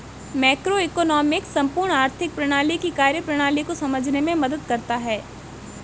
macroeconomics संपूर्ण आर्थिक प्रणाली की कार्यप्रणाली को समझने में मदद करता है